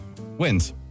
wins